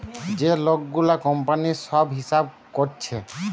যে লোক গুলা কোম্পানির সব হিসাব কোরছে